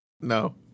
no